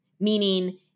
Meaning